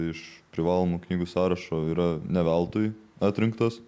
iš privalomų knygų sąrašo yra ne veltui atrinktos